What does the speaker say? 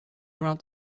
around